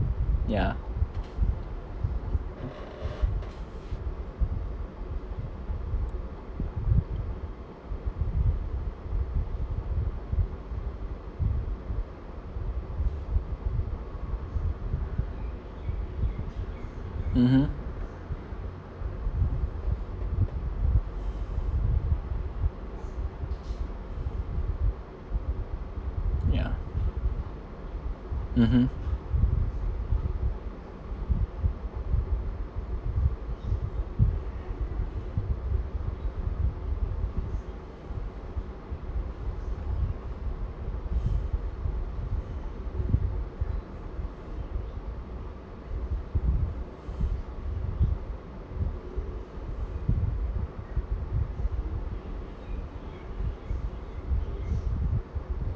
yeah mmhmm yeah mmhmm